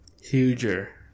Huger